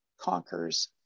conquers